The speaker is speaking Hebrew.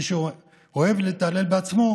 מי שאוהב להתעלל בעצמו,